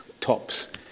tops